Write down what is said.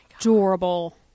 adorable